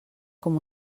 com